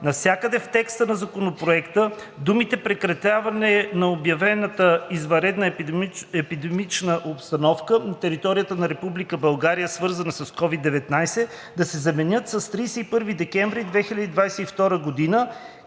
навсякъде в текста на Законопроекта думите „прекратяване на обявената извънредна епидемична обстановка на територията на Република България, свързана с COVID-19“ да се заменят с „31 декември 2022 г.“,